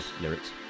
lyrics